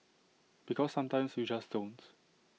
because sometimes you just don't